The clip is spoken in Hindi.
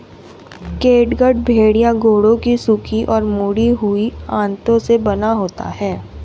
कैटगट भेड़ या घोड़ों की सूखी और मुड़ी हुई आंतों से बना होता है